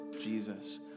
Jesus